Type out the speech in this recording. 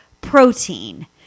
protein